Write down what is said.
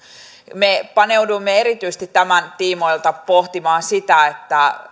me paneuduimme tämän tiimoilta erityisesti pohtimaan sitä